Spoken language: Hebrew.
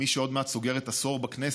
ממי שעוד מעט סוגרת עשור בכנסת,